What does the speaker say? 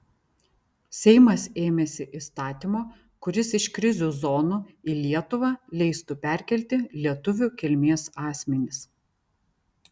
seimas ėmėsi įstatymo kuris iš krizių zonų į lietuvą leistų perkelti lietuvių kilmės asmenis